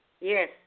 Yes